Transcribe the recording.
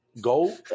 Go